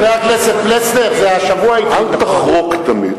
אל תחרוק תמיד.